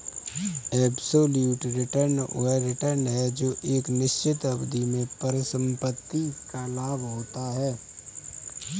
absolute return वह return है जो एक निश्चित अवधि में परिसंपत्ति का लाभ होता है